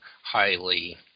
highly